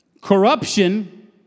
corruption